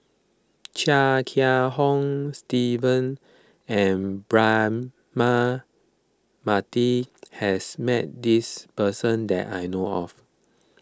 Chia Kiah Hong Steve and Braema Mathi has met this person that I know of